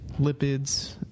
lipids